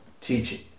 teaching